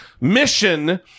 mission